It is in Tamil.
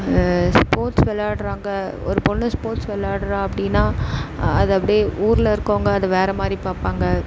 ஸ்போர்ட்ஸ் விளாட்றாங்க ஒரு பொண்ணு ஸ்போர்ட்ஸ் விளாட்றா அப்படின்னா அதை அப்டி ஊரில் இருக்கறவுங்க அதை வேறு மாதிரி பார்ப்பாங்க